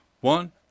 One